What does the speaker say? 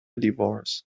divorce